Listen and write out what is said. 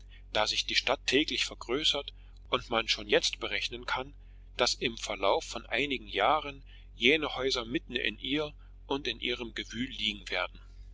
da sich die stadt täglich vergrößert und man schon jetzt berechnen kann daß im verlauf von einigen jahren jene häuser mitten in ihr und in ihrem gewühl liegen werden